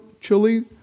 chili